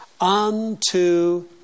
unto